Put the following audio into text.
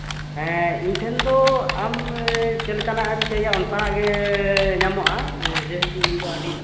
ᱦᱮᱸ ᱤᱧ ᱴᱷᱮᱱ ᱫᱚ ᱟᱢ ᱪᱮᱫ ᱞᱮᱠᱟᱱᱟᱜ ᱮᱢ ᱪᱟᱹᱭᱟ ᱚᱱᱠᱟᱱᱟᱜ ᱜᱮ ᱧᱟᱢᱚᱜᱼᱟ ᱡᱮᱦᱮᱛᱩ ᱤᱧ ᱫᱚ ᱟᱹᱰᱤ